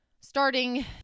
starting